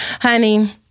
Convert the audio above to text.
honey